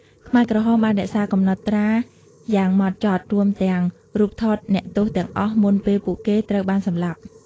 ខ្មែរក្រហមបានរក្សាកំណត់ត្រាយ៉ាងហ្មត់ចត់ រួមទាំងរូបថតអ្នកទោសទាំងអស់មុនពេលពួកគេត្រូវបានសម្លាប់។